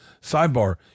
Sidebar